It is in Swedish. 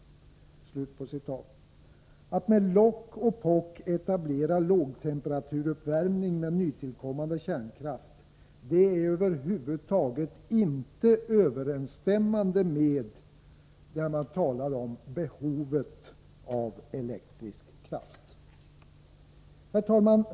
Att med lock och pock etablera lågtemperaturuppvärmning med nytillkommande kärnkraft är över huvud taget inte överstämmande med talet om ”behovet av elektrisk kraft”. Herr talman!